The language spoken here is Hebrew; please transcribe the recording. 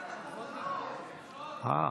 אה,